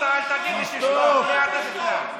אף אחד לא ישתוק.